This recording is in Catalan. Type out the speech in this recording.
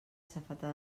safata